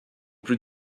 plus